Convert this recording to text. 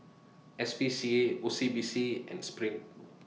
S P C A O C B C and SPRING